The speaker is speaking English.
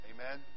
Amen